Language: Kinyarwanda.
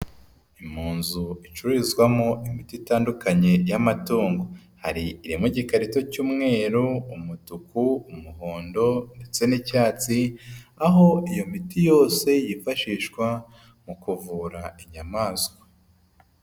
Ni mu nzu icururizwamo imiti itandukanye y'amatungo. Hari iri mu gikarito cy'umweru, umutuku, umuhondo ndetse n'icyatsi, aho iyo miti yose yifashishwa mu kuvura inyamaswa.